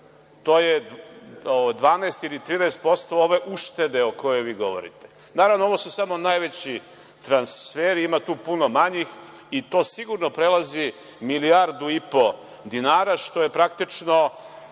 To je 12 ili 13% ove uštede o kojoj vi govorite. Naravno, ovo su samo najveći transferi, ima tu puno manjih i to sigurno prelazi milijardu i po dinara, što je praktično